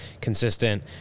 consistent